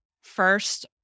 first